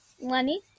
Lenny